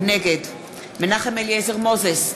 נגד מנחם אליעזר מוזס,